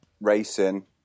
racing